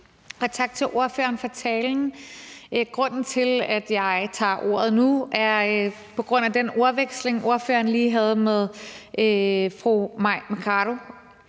tak til ordføreren for talen. Grunden til, at jeg tager ordet nu, er den ordveksling, ordføreren lige havde med fru Mai Mercado.